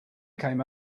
came